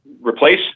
replace